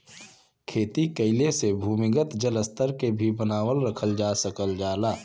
खेती कइले से भूमिगत जल स्तर के भी बनावल रखल जा सकल जाला